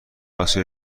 اسیا